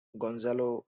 gonzalo